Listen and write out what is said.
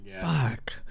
Fuck